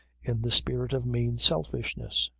in the spirit of mean selfishness.